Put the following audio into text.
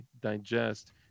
digest